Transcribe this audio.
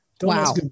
wow